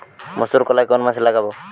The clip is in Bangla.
মুসুর কলাই কোন মাসে লাগাব?